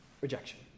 rejection